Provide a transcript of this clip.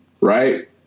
right